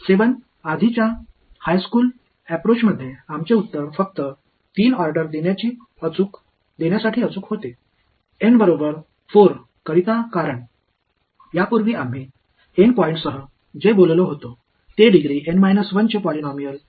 7 आधीच्या हायस्कूल अप्रोचमध्ये आमचे उत्तर फक्त 3 ऑर्डर देण्यासाठी अचूक होते N बरोबर 4 करिता कारण यापूर्वी आम्ही एन पॉईंट्ससह जे बोललो होतो ते डिग्री एन 1 चे पॉलिनॉमियल बसू शकते